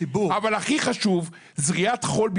base, הוועדה הזאת הוכיחה את עצמה כוועדה מקצועית.